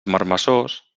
marmessors